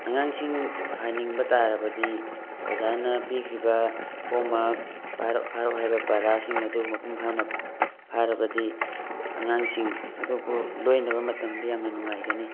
ꯑꯉꯥꯡꯁꯤꯡ ꯐꯍꯟꯅꯤꯡꯕ ꯇꯥꯔꯕꯗꯤ ꯑꯣꯖꯥꯅ ꯄꯤꯈ꯭ꯔꯤꯕ ꯍꯣꯝꯋꯥꯛ ꯐꯥꯔꯣ ꯍꯥꯏꯕ ꯄꯔꯥꯁꯤꯡ ꯑꯗꯨ ꯃꯄꯨꯡ ꯐꯥꯅ ꯐꯥꯔꯕꯗꯤ ꯑꯉꯥꯡꯁꯤꯡ ꯑꯗꯨꯕꯨ ꯂꯣꯏꯅꯕ ꯃꯇꯝꯗ ꯌꯥꯝꯅ ꯅꯨꯡꯉꯥꯏꯒꯅꯤ